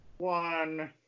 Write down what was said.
One